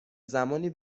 زمانی